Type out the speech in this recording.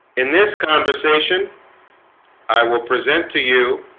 in this conversation i will present to you